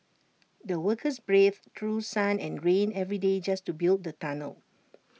the workers braved through sun and rain every day just to build the tunnel